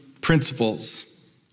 principles